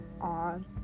on